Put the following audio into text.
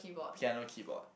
piano keyboard